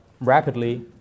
rapidly